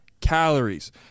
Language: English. calories